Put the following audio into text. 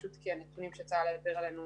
פשוט כי הנתונים שצה"ל העביר אלינו